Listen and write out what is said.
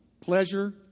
pleasure